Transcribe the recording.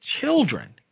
children